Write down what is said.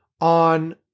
on